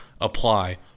apply